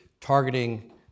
targeting